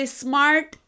smart